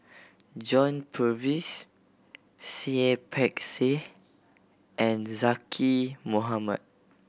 John Purvis Seah Peck Seah and Zaqy Mohamad